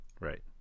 right